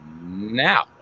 now